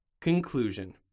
Conclusion